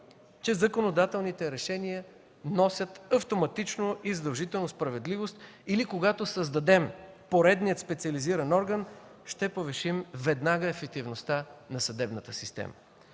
че законодателните решения носят автоматично и задължително справедливост или когато създадем поредния специализиран орган, ще повишим веднага ефективността на съдебната система.